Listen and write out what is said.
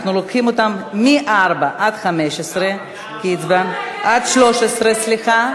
אנחנו לוקחים אותן מ-4 13. סליחה?